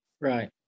Right